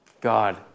God